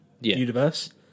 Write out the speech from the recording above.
universe